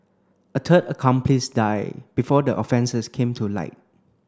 a third accomplice died before the offences came to light